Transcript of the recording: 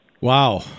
wow